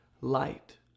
light